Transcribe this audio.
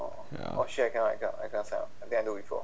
ya